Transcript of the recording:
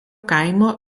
kaimo